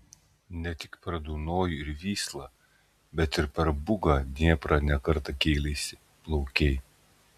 ne tik per dunojų ir vyslą bet ir per bugą dnieprą ne kartą kėleisi plaukei